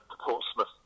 Portsmouth